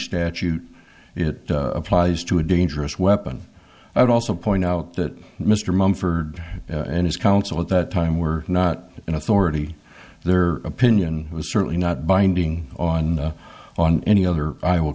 statute it applies to a dangerous weapon i would also point out that mr mumford and his counsel at that time were not in authority their opinion was certainly not binding on on any other i